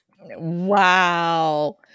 Wow